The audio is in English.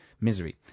misery